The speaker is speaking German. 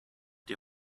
die